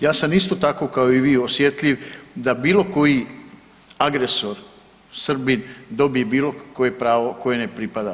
Ja sam isto tako kao i vi osjetljiv da bilo koji agresor, Srbin dobije bilo koje pravo koje ne pripada.